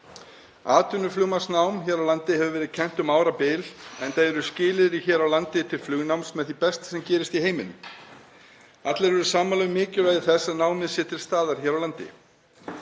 Atvinnuflugmannsnám hér á landi hefur verið kennt um árabil enda eru skilyrði hér til flugnáms með því besta sem gerist í heiminum. Allir eru sammála um mikilvægi þess að námið sé til staðar hérlendis.